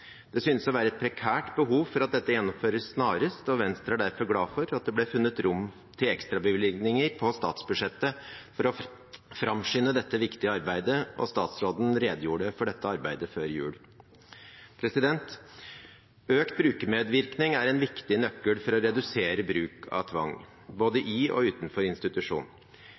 Det synes å være et prekært behov for at dette gjennomføres snarest, og Venstre er derfor glad for at det ble funnet rom for ekstrabevilgninger på statsbudsjettet for å framskynde dette viktige arbeidet. Statsråden redegjorde for dette arbeidet før jul. Økt brukermedvirkning er en viktig nøkkel for å redusere bruk av tvang både i og utenfor institusjon.